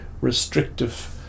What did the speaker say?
restrictive